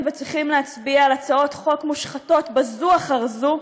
וצריכים להצביע על הצעות חוק מושחתות בזו אחר זו